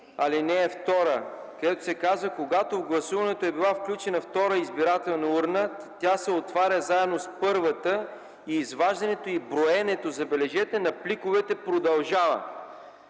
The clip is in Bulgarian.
ал. 2, където се казва: „Когато в гласуването е била включена втора избирателна урна, тя се отваря заедно с първата и изваждането и броенето” – забележете – „на пликовете продължава”.